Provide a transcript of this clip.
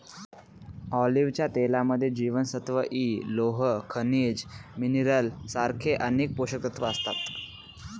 ऑलिव्हच्या तेलामध्ये जीवनसत्व इ, लोह, खनिज मिनरल सारखे अनेक पोषकतत्व असतात